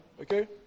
okay